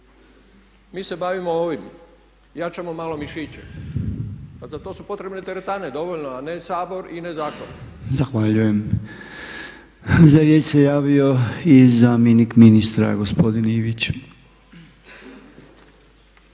mi se bavimo ovim, jačamo malo mišiće. Pa za to su potrebne teretane dovoljno, a ne Sabor i ne zakoni. **Podolnjak, Robert (MOST)** Zahvaljujem. Za riječ se javio i zamjenik ministra gospodin Ivić.